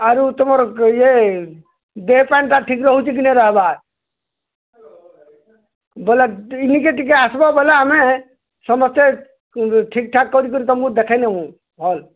ଆରୁ ତୁମର୍ ଇଏ ଦେହପାଏନ୍ଟା ଠିକ୍ ରହୁଛେ କି ନାଇଁ ରହେବାର୍ ବୋଇଲେ କ୍ଲିନକ୍କେ ଟିକେ ଆସ୍ବ ବୋଇଲେ ଆମେ ସମସ୍ତେ ଠିକ୍ ଠାକ୍ କରିକରି ତୁମକୁ ଦେଖେଇନମୁଁ ଭଲ୍